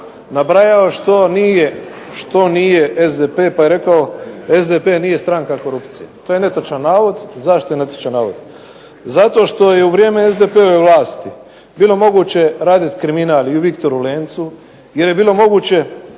nabrajao što nije SDP, pa je rekao SDP nije stranka korupcije. To je netočan navod. Zašto je netočan navod? Zato što je u vrijeme SDP-ove vlasti bilo je moguće raditi kriminal i u Viktoru Lencu, jer je bilo moguće